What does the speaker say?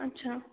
अच्छा